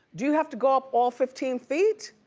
do you have to go up all fifteen feet?